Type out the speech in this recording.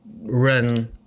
run